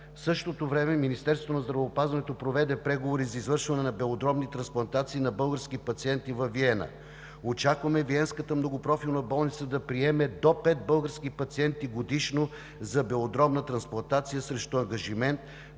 В същото време Министерството на здравеопазването проведе преговори за извършване на белодробни трансплантации на български пациенти във Виена. Очакваме Виенската многопрофилна болница да приеме за белодробна трансплантация до пет